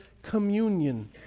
communion